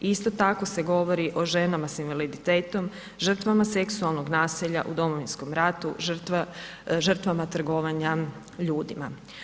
I isto tako se govori o ženama sa invaliditetom, žrtvama seksualnog nasilja u Domovinskom ratu, žrtvama trgovanja ljudima.